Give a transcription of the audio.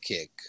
kick